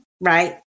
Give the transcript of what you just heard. right